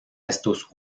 estos